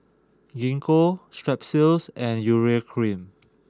Gingko Strepsils and Urea cream